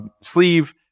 sleeve